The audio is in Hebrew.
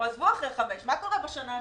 עזבו אחרי חמש, מה קורה בשנה השנייה?